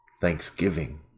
thanksgiving